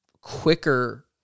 quicker